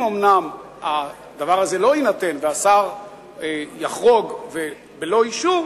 אם אומנם הדבר הזה לא יינתן והשר יחרוג בלא אישור,